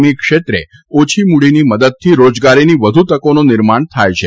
ઇ ક્ષેત્રે ઓછી મૂડીની મદદથી રોજગારીની વધુ તકોનું નિર્માણ થાય છે